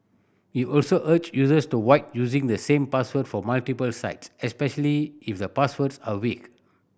he also urged users to using the same password for multiple sites especially if the passwords are weak